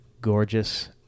Gorgeous